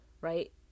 right